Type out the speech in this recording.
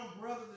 brothers